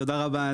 תודה רבה,